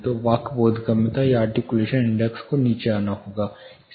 तो वाक् बोधगम्यता या आर्टिक्यूलेशन इंडेक्स को नीचे आना होगा